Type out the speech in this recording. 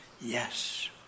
yes